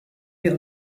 wir